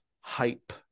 hype